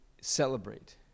celebrate